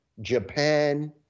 Japan